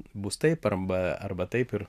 bus taip arba arba taip ir